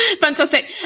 Fantastic